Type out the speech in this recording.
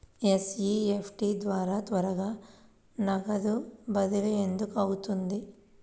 NEFT ద్వారా త్వరగా నగదు బదిలీ ఎందుకు అవుతుంది?